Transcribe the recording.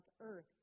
earth